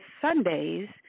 Sundays